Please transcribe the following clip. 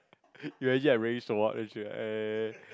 imagine I really show up then she eh